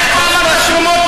עם התרומות מחו"ל.